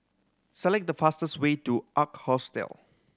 select the fastest way to Ark Hostel